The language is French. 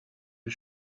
les